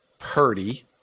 Purdy